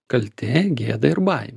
kaltė gėda ir baimė